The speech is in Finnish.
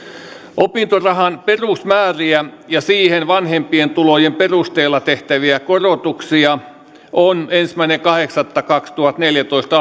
opintorahan perusmääriä ja siihen vanhempien tulojen perusteella tehtäviä korotuksia on ensimmäinen kahdeksatta kaksituhattaneljätoista